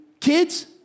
kids